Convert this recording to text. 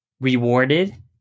rewarded